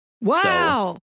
Wow